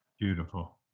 Beautiful